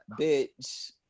bitch